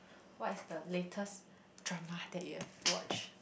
what is the latest drama that you have watch